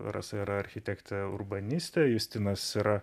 rasa yra architektė urbanistė justinas yra